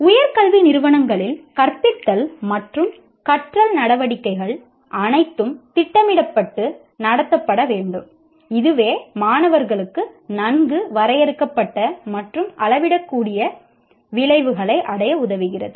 உயர் கல்வி நிறுவனங்களில் கற்பித்தல் மற்றும் கற்றல் நடவடிக்கைகள் அனைத்தும் திட்டமிடப்பட்டு நடத்தப்பட வேண்டும் இதுவே மாணவர்களுக்கு நன்கு வரையறுக்கப்பட்ட மற்றும் அளவிடக்கூடிய விளைவுகளை அடைய உதவுகிறது